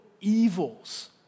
evils